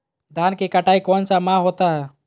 धान की कटाई कौन सा माह होता है?